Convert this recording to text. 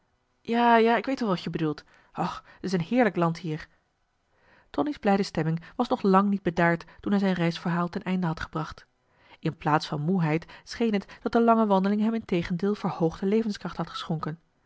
ja ja ik weet wel wat je bedoelt o t is een heerlijk land hier tonie's blijde stemming was nog lang niet bedaard toen hij zijn reisverhaal ten einde had gebracht in plaats van moeheid scheen het dat de lange wandeling hem integendeel verhoogde levenskracht had geschonken